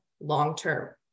long-term